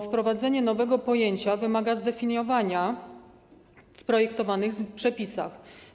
Wprowadzenie nowego pojęcia wymaga zdefiniowania w projektowanych przepisach.